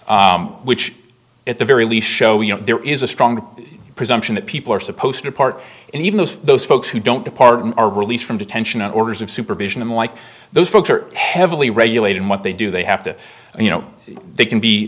depart which at the very least show you know there is a strong presumption that people are supposed to part and even those those folks who don't depart and are released from detention orders of supervision like those folks are heavily regulated what they do they have to you know they can be